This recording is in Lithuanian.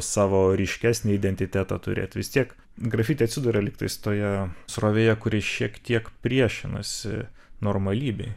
savo ryškesnį identitetą turėti vis tiek grafiti atsiduria lygtais toje srovėje kuri šiek tiek priešinasi normalybei